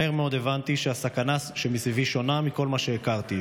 מהר מאוד הבנתי שהסכנה שמסביבי שונה מכל מה שהכרתי,